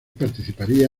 participaría